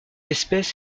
espèce